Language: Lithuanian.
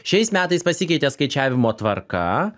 šiais metais pasikeitė skaičiavimo tvarka